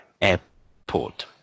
airport